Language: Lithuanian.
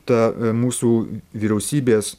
ta mūsų vyriausybės